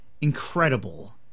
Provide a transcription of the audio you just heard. incredible